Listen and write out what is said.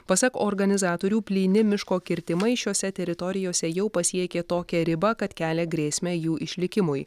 pasak organizatorių plyni miško kirtimai šiose teritorijose jau pasiekė tokią ribą kad kelia grėsmę jų išlikimui